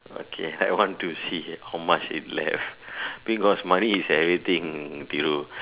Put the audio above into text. okay I want to see how much is left because money is everything Thiru